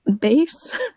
base